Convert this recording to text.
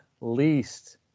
least